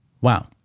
Wow